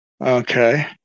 Okay